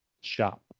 shop